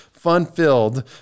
fun-filled